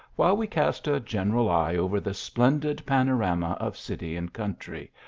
while we cast a general eye over the splendid panorama of city and country,